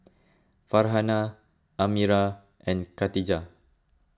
Farhanah Amirah and Katijah